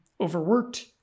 overworked